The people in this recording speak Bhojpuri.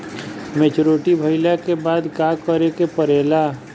मैच्योरिटी भईला के बाद का करे के पड़ेला?